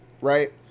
right